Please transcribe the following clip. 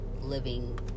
living